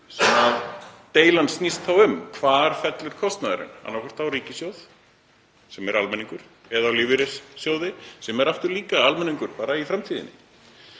deilan snýst þá um. Hvar fellur kostnaðurinn? Annaðhvort á ríkissjóð, sem er almenningur, eða á lífeyrissjóði, sem er aftur líka almenningur, bara í framtíðinni.